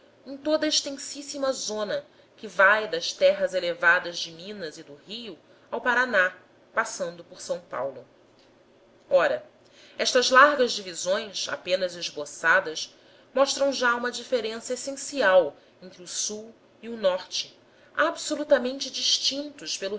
em toda extensíssima zona que vai das terras elevadas de minas e do rio ao paraná passando por s paulo ora estas largas divisões esboçadas mostram já uma diferença essencial entre o sul e o norte absolutamente distintos pelo